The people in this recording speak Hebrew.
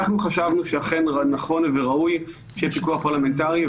אנחנו חשבנו שאכן נכון וראוי שיהיה פיקוח פרלמנטרי.